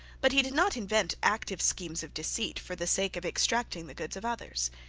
but he did not invent active schemes of deceit for the sake of extracting the goods of others.